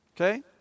Okay